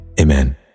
amen